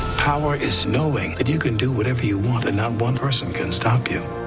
power is knowing that you can do whatever you want and not one person can stop you.